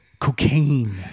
Cocaine